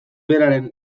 beraren